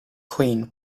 queen